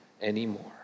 Anymore